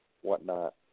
whatnot